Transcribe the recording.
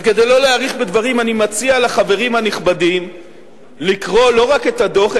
כדי שלא להאריך בדברים אני מציע לחברים הנכבדים לקרוא לא רק את הדוח,